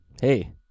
hey